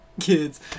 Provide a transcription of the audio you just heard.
kids